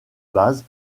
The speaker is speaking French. base